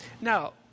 Now